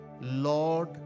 Lord